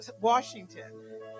Washington